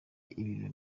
ibintu